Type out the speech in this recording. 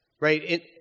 right